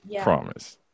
Promise